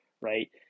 right